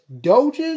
Doge's